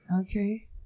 Okay